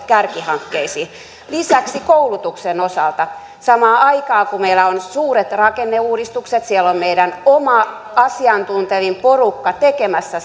kärkihankkeisiin lisäksi koulutuksen osalta samaan aikaan kun meillä on suuret rakenneuudistukset siellä on meidän oma asiantuntevin porukka tekemässä